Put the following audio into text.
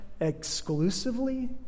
exclusively